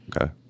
Okay